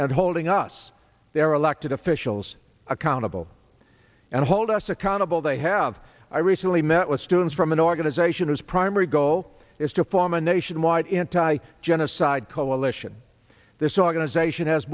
and holding us their elected officials accountable and hold us accountable they have i recently met with students from an organization whose primary goal is to form a nationwide anti genocide coalition this organization has